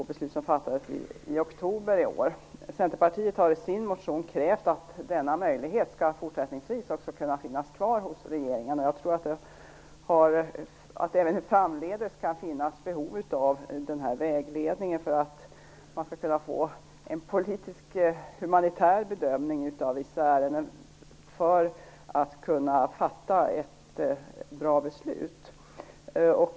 Centerpartiet har i sin motion krävt att denna möjlighet skall finnas kvar i fortsättningen. Det kan finnas behov av denna vägledning även framdeles när det gäller den humanitära bedömningen av vissa ärenden som är nödvändig för att man skall kunna fatta ett bra beslut.